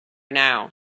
now